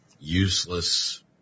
Useless